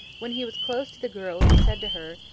when he was close to the girl he said to her,